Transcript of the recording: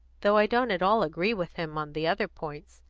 though i don't at all agree with him on the other points.